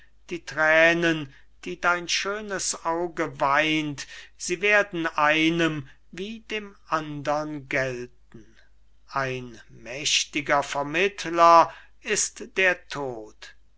die thränen die dein schönes auge weint sie werden einem wie dem andern gelten ein mächtiger vermittler ist der tod